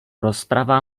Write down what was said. rozprava